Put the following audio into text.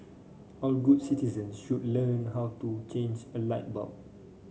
all good citizen should learn how to change a light bulb